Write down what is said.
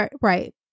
right